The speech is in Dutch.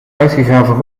uitgegraven